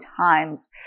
times